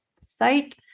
site